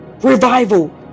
revival